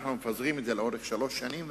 אנחנו מפזרים אותו לאורך שלוש שנים,